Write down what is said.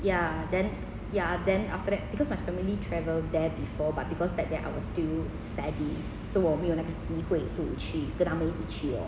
ya then ya then after that because my family travel there before but because back then I was still studying so 我没有那个机会 to 去 to 跟他们一起去 lor